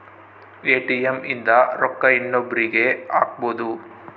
ATM ಇಂದ ರೊಕ್ಕ ಇನ್ನೊಬ್ರೀಗೆ ಹಕ್ಬೊದು